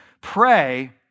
pray